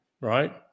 Right